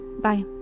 Bye